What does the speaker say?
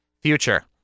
future